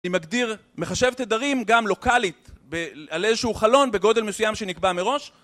אני מגדיר... מחשב תדרים, גם לוקאלית, על איזשהו חלון בגודל מסוים שנקבע מראש